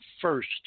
first